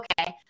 okay